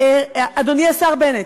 אדוני השר בנט,